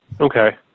Okay